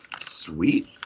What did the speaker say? sweet